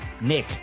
Nick